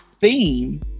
theme